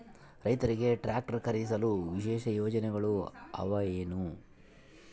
ರೈತರಿಗೆ ಟ್ರಾಕ್ಟರ್ ಖರೇದಿಸಲು ವಿಶೇಷ ಯೋಜನೆಗಳು ಅವ ಏನು?